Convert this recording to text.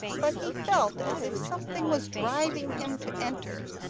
but he felt as if something was driving him to enter,